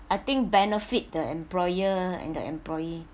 I think benefit the employer and the employee